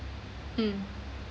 (mm